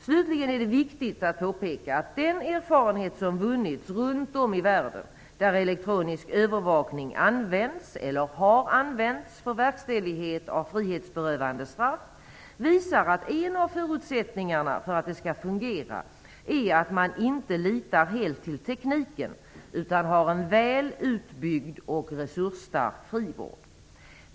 Slutligen är det viktigt att påpeka att den erfarenhet som vunnits runt om i världen där elektronisk övervakning används eller har använts för verkställighet av frihetsberövande straff visar att en av förutsättningarna för att det skall fungera, är att man inte litar helt till tekniken utan har en väl utbyggd och resursstark frivård.